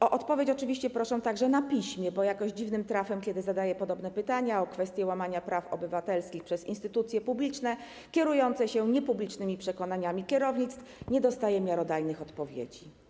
O odpowiedź oczywiście proszę także na piśmie, bo jakoś dziwnym trafem, kiedy zadaję podobne pytania o kwestie łamania praw obywatelskich przez instytucje publiczne kierujące się niepublicznymi przekonaniami kierownictw, nie dostaję miarodajnych odpowiedzi.